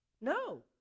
No